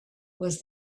was